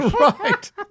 Right